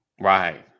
right